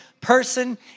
person